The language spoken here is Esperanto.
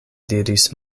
diris